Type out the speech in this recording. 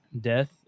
death